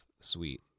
sweet